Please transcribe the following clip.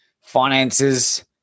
finances